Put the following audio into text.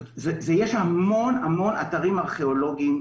יש המון אתרים ארכיאולוגיים,